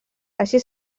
així